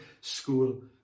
school